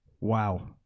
Wow